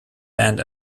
band